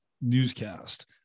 newscast